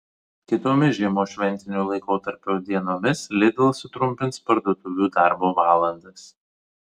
kitomis žiemos šventinio laikotarpio dienomis lidl sutrumpins parduotuvių darbo valandas